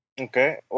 Okay